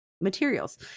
materials